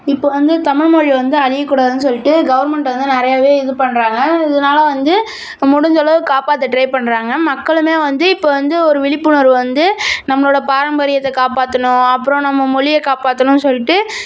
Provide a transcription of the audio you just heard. இப்போ வந்து தமிழ் மொழி வந்து அழிய கூடாதுனு சொல்லிட்டு கவர்மண்ட் வந்து நிறையவே இது பண்ணுறாங்க இதனால வந்து முடிஞ்சளவு காப்பாற்ற ட்ரை பண்ணுறாங்க மக்களுமே வந்து இப்போ வந்து ஒரு விழிப்புணர்வு வந்து நம்மளோட பாரம்பரியத்தை காப்பாற்றணும் அப்புறம் நம்ம மொழியை காப்பாற்றணும் சொல்லிட்டு